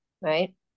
right